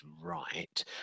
right